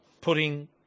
putting